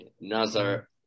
Nazar